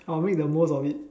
I'll make the most of it